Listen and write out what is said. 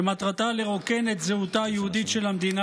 שמטרתה לרוקן את זהותה היהודית של המדינה